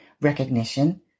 recognition